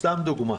סתם דוגמה.